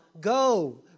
Go